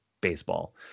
baseball